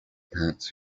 parents